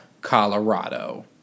Colorado